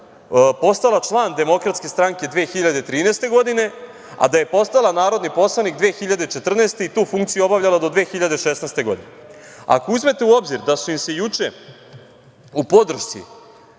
postala član Demokratske stranke 2013. godine, a da je postala narodni poslanik 2014. godine i tu funkciju obavljala do 2016. godine. Ako uzmete u obzir da su im se juče u podršci